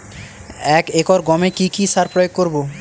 এক একর গমে কি কী সার প্রয়োগ করব?